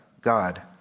God